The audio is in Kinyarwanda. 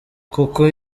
kuko